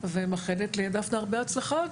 ומאחלת לדפנה הרבה בהצלחה.